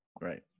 Right